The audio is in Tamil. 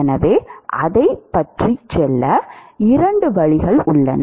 எனவே அதைப் பற்றி செல்ல இரண்டு வழிகள் உள்ளன